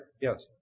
Yes